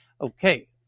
Okay